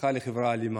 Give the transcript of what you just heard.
נהפכה לחברה אלימה.